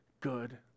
good